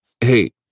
hey